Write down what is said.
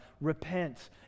repent